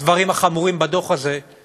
הדברים החמורים בדוח הזה זה